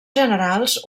generals